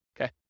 Okay